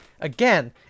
again